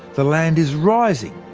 the land is rising,